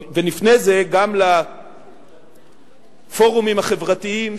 לפני זה גם לפורומים החברתיים,